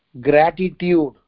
gratitude